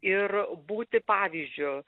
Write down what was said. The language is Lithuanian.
ir būti pavyzdžiu